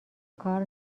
کار